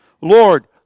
Lord